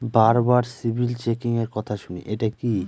বারবার সিবিল চেকিংএর কথা শুনি এটা কি?